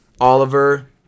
Oliver